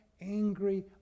angry